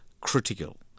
critical